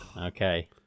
Okay